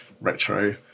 retro